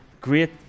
Great